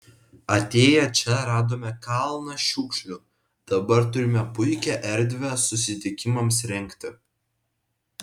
atėję čia radome kalną šiukšlių dabar turime puikią erdvę susitikimams rengti